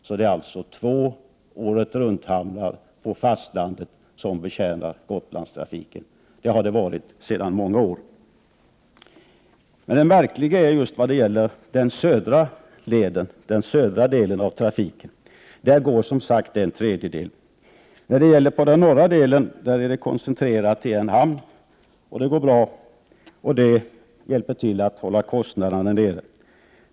Det finns alltså två åretrunthamnar på fastlandet som betjänar Gotlandstrafiken. Så har det varit i många år. Men det är något märkligt med den södra leden. Trafiken på den norra delen är koncentrerad till en hamn, det går bra och hjälper till att hålla kostnaderna nere.